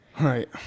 Right